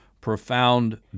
profound